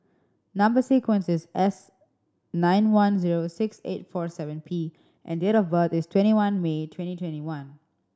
number sequence is S nine one zero six eight four seven P and date of birth is twenty one May twenty twenty one